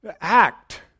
act